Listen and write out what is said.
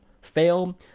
fail